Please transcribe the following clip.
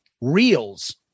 Reels